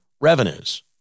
revenues